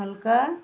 হালকা